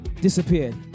disappeared